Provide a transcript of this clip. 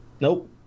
Nope